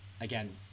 again